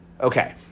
Okay